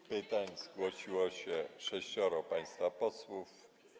Do pytań zgłosiło się sześcioro państwa posłów.